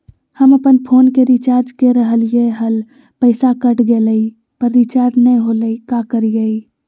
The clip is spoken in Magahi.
हम अपन फोन के रिचार्ज के रहलिय हल, पैसा कट गेलई, पर रिचार्ज नई होलई, का करियई?